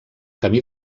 camí